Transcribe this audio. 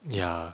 ya